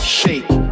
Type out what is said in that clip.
shake